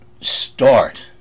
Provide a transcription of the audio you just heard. start